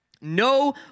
No